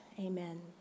amen